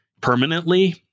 permanently